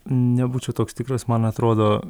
nebūčiau toks tikras man atrodo